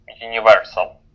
universal